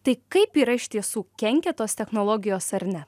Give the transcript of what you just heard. tai kaip yra iš tiesų kenkia tos technologijos ar ne